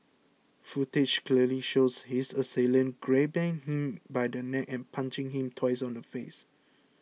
footage clearly shows his assailant grabbing him by the neck and punching him twice on the face